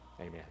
amen